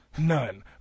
none